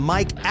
Mike